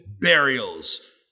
burials